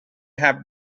have